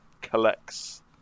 collects